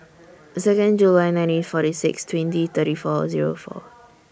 Second July nineteen forty six twenty thirty four Zero four